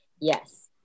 yes